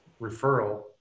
referral